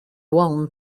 one